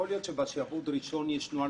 יכול להיות שבשעבוד הראשון יש נוהל